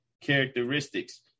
characteristics